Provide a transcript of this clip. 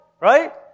right